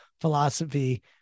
philosophy